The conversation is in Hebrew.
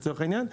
לצורך העניין.